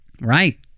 Right